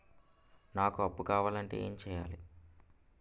నాకు అప్పు కావాలి అంటే ఎం చేయాలి?